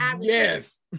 Yes